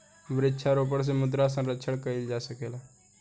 वृक्षारोपण से मृदा संरक्षण कईल जा सकेला